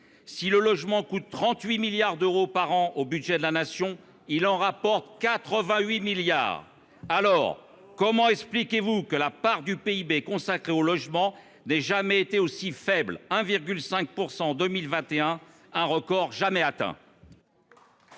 si le logement coûte 38 milliards d'euros par an au budget de la Nation, il rapporte 88 milliards ! Dès lors, comment expliquez-vous que la part du PIB consacrée au logement n'ait jamais été aussi faible qu'en 2021 avec 1,5 %? Un record jamais atteint